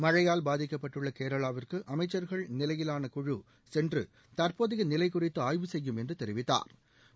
மழையால் பாதிக்கப்பட்டுள்ள கேரளாவிற்கு அமைச்சர்கள் நிலையிலான குழு சென்று தற்போதயை நிலை குறித்து ஆய்வு செய்யும் என்று தெரிவித்தாா்